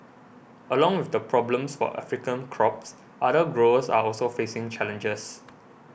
along with the problems for African crops other growers are also facing challenges